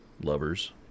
lovers